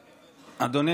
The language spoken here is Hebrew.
אדוני,